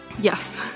yes